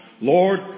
Lord